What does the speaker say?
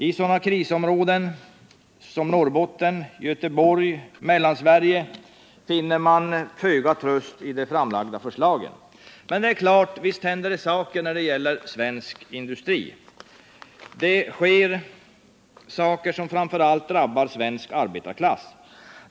I sådana krisområden som Norrbotten, Göteborg och Mellansverige finner man föga tröst i de framlagda förslagen. Men det är klart att det händer saker när det gäller svensk industri. Det sker på ett sätt som framför allt drabbar arbetarklassen.